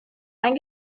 ein